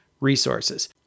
resources